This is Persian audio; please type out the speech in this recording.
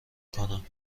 کنم